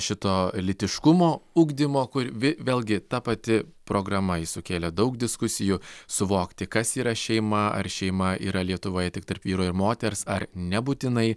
šito lytiškumo ugdymo kur vi vėlgi ta pati programa ji sukėlė daug diskusijų suvokti kas yra šeima ar šeima yra lietuvoje tik tarp vyro ir moters ar nebūtinai